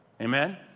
Amen